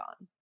on